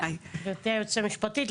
גברתי היועצת המשפטית,